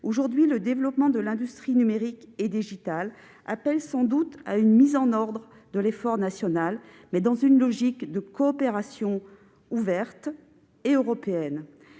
Aujourd'hui, le développement de l'industrie numérique et digitale impose sans doute une mise en ordre de l'effort national, mais dans une logique de coopération ouverte et européenne.